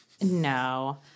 No